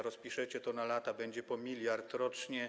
Rozpiszecie to na lata, będzie po 1 mld rocznie.